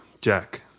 jack